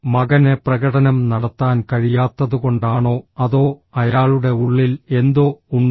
മകന് പ്രകടനം നടത്താൻ കഴിയാത്തതുകൊണ്ടാണോ അതോ അയാളുടെ ഉള്ളിൽ എന്തോ ഉണ്ടോ